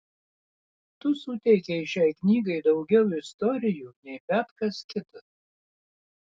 tu suteikei šiai knygai daugiau istorijų nei bet kas kitas